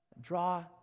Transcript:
Draw